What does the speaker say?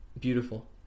Beautiful